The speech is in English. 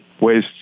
ways